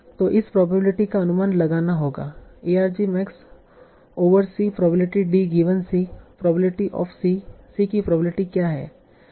तो इस प्रोबेबिलिटी का अनुमान लगाना होगा argmax over c probability d given c probability of c c की प्रोबेबिलिटी क्या है